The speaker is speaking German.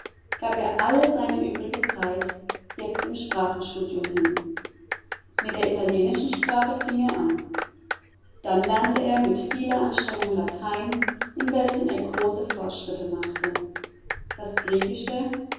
gab er alle seine übrige zeit jetzt dem sprachenstudium hin mit der italienischen sprache fing er an dann lernte er mit vieler anstrengung latein in welchem er große fortschritte machte das griechische